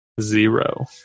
zero